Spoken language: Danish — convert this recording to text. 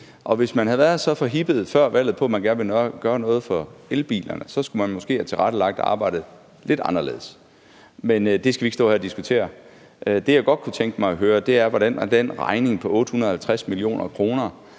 valget havde været så forhippet på, at man gerne ville gøre noget for elbilerne, skulle man måske have tilrettelagt arbejdet lidt anderledes. Men det skal vi ikke stå her og diskutere. Det, jeg godt kunne tænke mig at høre, er, hvordan den regning på 850 mio. kr.,